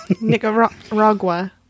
Nicaragua